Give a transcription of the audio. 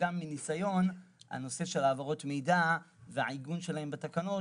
שמניסיון הנושא של העברות מידע והעיגון שלהן בתקנות